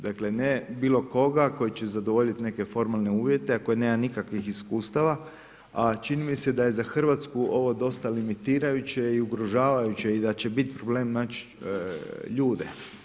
Dakle ne bilo koga koji će zadovoljiti neke formalne uvjete a koji nema nikakvih iskustava, a čini mi se da je za Hrvatsku ovo dosta limitirajuće i ugrožavajuće i da će biti problem naći ljude.